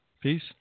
Peace